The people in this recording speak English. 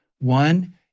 One